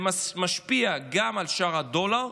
זה משפיע גם על שער הדולר,